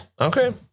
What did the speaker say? Okay